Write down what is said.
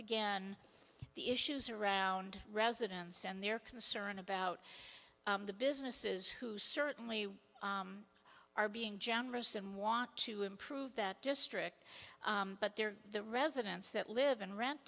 again the issues around residents and their concern about the businesses who certainly are being generous and want to improve that district but they're the residents that live and rent